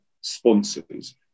sponsors